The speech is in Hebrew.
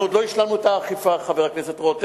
אנחנו עוד לא השלמנו את האכיפה, חבר הכנסת רותם,